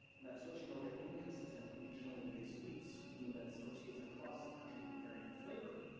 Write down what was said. and that switching over to inconsistent, regionally-based wheats would mean that its tortillas across the country would vary in flavor,